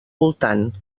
voltant